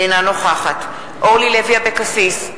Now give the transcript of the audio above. אינה נוכחת אורלי לוי אבקסיס,